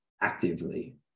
actively